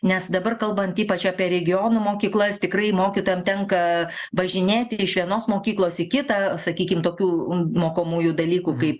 nes dabar kalbant ypač apie regionų mokyklas tikrai mokytojam tenka važinėti iš vienos mokyklos į kitą sakykim tokių mokomųjų dalykų kaip